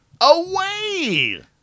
Away